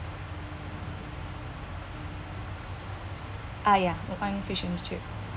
ah ya the fine fish and the chip